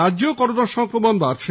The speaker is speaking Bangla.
রাজ্যে করোনা সংক্রমণ বাড়ছে